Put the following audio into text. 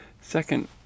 second